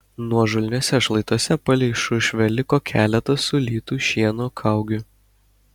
nuožulniuose šlaituose palei šušvę liko keletas sulytų šieno kaugių